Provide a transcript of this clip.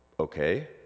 Okay